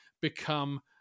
become